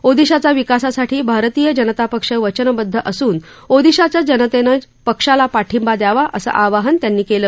ओदिशाच्या विकासासाठी भारतीय जनता पक्ष वचनबद्ध असून ओदिशाच्या जनतेनं पक्षाला पाठिंबा द्यावा असं आवाहन त्यांनी केलं